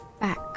back